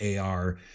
AR